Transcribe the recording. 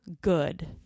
good